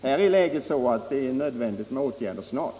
Här är läget sådant att det är nödvändigt med åtgärder snart.